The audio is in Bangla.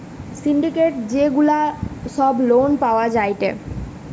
সিন্ডিকেট যে গুলা সব লোন পাওয়া যায়টে